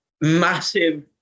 massive